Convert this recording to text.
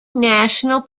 national